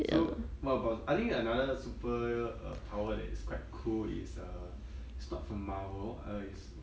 so what about I think another super uh power that is quite cool is uh it's not from marvel uh it's